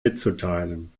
mitzuteilen